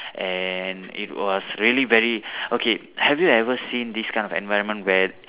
and it was really very okay have you ever seen this kind of environment where